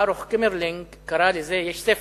ברוך קימרלינג קרא לזה, יש ספר,